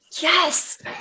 Yes